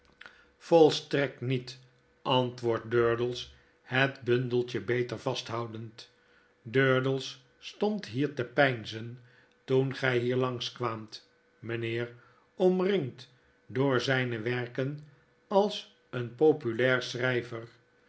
volstrekt niet antwoordt durdels het bundelbje beter vasthoudend durdels stond hier te peinzen toen gy hier langs kwaamt mynheer omringd door zyne werken alseenpopulair